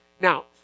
Now